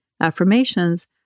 affirmations